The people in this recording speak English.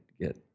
get